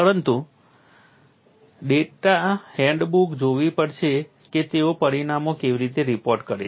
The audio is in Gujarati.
પરંતુ તમારે ડેટા હેન્ડબુક જોવી પડશે કે તેઓ પરિણામો કેવી રીતે રિપોર્ટ કરે છે